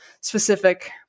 specific